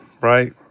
right